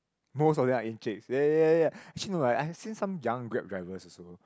most of them are encik ya ya ya actually no eh I've seen some young grab drivers also